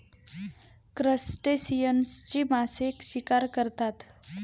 क्रस्टेशियन्सची मासे शिकार करतात